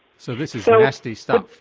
so this is ah nasty stuff.